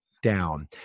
down